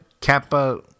kappa